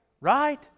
right